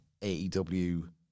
AEW